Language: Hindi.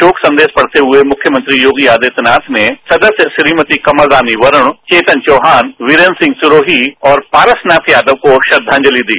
शोक संदेश पढ़ते हुए मुख्यमंत्री योगी आदित्यनाथ ने सदस्य श्रीमती कमल रानी वरुण चेतन चौहान वीरेन सिंह सिरोही और पारसनाथ यादव को श्रद्वांजलि दी